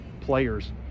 players